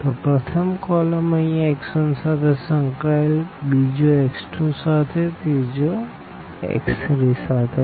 તો પ્રથમ કોલમ અહિયાં x1સાથે સંકળાયેલ છે બીજો x2સાથે અને ત્રીજો x3સાથે